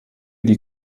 die